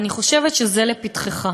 אני חושבת שזה לפתחך.